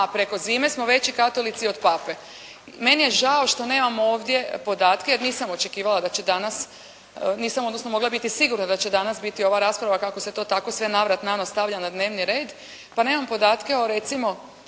preko zime smo veći katolici od Pape. Meni je žao što nemamo ovdje podatke, jer nisam očekivala da će danas, nisam odnosno mogla biti sigurna da će danas biti ova rasprava kako se to sve na vrat nanos stavlja na dnevni red, pa nemam podatke o recimo